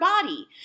body